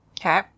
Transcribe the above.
Okay